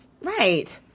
Right